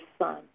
son